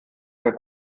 der